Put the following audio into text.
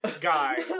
guy